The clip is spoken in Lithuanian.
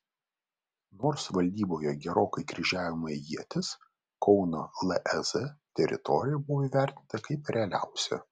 nors valdyboje gerokai kryžiavome ietis kauno lez teritorija buvo įvertinta kaip realiausia